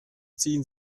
ziehen